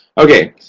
okay.